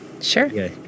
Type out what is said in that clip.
Sure